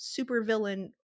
supervillain